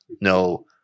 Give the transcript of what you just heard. No